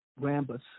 Rambus